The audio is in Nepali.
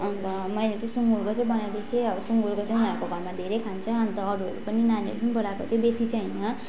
अन्त मैले चै सुँगुरको चाहिँ बनाइदिएको थिएँ अब सुँगुरको चाहिँ उनीहरूको घरमा धेरै खान्छ अन्त अरूहरू पनि नानीहरू पनि बोलाएको थियो बेसी चाहिँ होइनन